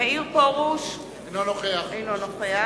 מאיר פרוש, אינו נוכח אינו נוכח.